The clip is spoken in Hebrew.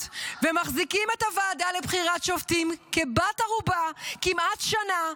ומחזיקים את הוועדה לבחירת שופטים כבת-ערובה כמעט שנה,